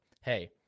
hey